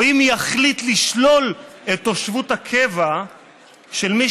או אם יחליט לשלול את תושבות הקבע של מי